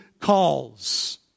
calls